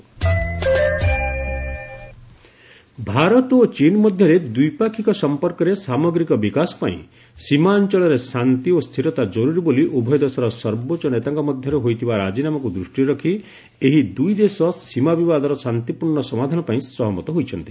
India ଚୀନ୍ ଭାରତ ଓ ଚୀନ୍ ମଧ୍ୟରେ ଦ୍ୱିପାକ୍ଷିକ ସଂପର୍କର ସାମଗ୍ରିକ ବିକାଶ ପାଇଁ ସୀମା ଅଞ୍ଚଳରେ ଶାନ୍ତି ଓ ସ୍ଥିରତା ଜରୁରୀ ବୋଲି ଉଭୟ ଦେଶର ସର୍ବୋଚ୍ଚ ନେତାଙ୍କ ମଧ୍ୟରେ ହୋଇଥିବା ରାଜିନାମାକୁ ଦୃଷ୍ଟିରେ ରଖି ଏହି ଦୁଇ ଦେଶ ସୀମା ସମସ୍ୟାର ଶାନ୍ତିପୂର୍ଣ୍ଣ ସମାଧାନ ପାଇଁ ସହମତ ହୋଇଛନ୍ତି